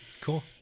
Cool